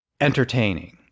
entertaining